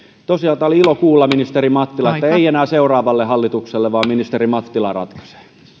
tosiaan oli ilo kuulla ministeri mattila että tämä ei siirry enää seuraavalle hallitukselle vaan ministeri mattila ratkaisee